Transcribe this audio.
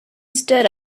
stood